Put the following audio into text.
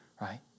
right